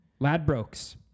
Ladbrokes